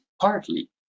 partly